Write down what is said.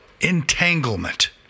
entanglement